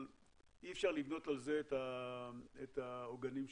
אבל אי אפשר לבנות על זה את העוגנים שלנו.